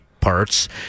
parts